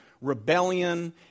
rebellion